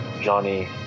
Johnny